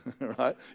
right